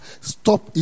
stop